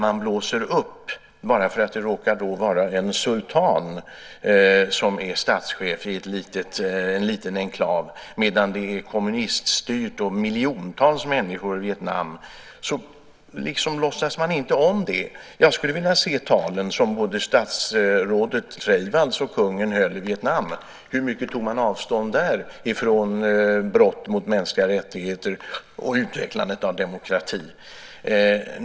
Man blåser upp detta bara för att det råkar vara en sultan som är statschef i en liten enklav, medan det finns miljontals människor i det kommuniststyrda Vietnam. Det låtsas man liksom inte om. Jag skulle vilja se talen som både statsrådet Freivalds och kungen höll i Vietnam. Hur mycket tog man där avstånd från brott mot mänskliga rättigheter och talade för utvecklandet av demokrati?